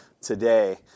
today